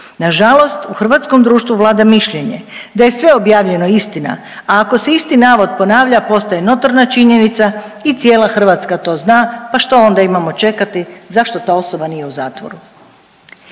Nažalost u hrvatskom društvu vlada mišljenje da je sve objavljeno istina, a ako se isti navod ponavlja postaje notorna činjenica i cijela Hrvatska to zna, pa što onda imamo čekati, zašto ta osoba nije u zatvoru.